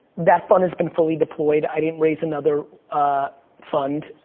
that fund has been fully deployed. i didn't raise another fund,